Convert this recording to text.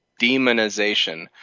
demonization